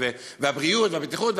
והבריאות והבטיחות,